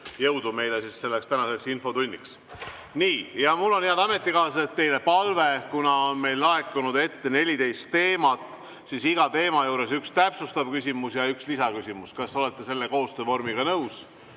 Jõudu meile selleks tänaseks infotunniks! Mul on, head ametikaaslased, teile palve: kuna on laekunud ette 14 teemat, siis iga teema juures üks täpsustav küsimus ja üks lisaküsimus. Kas te olete selle koostöö vormiga nõus?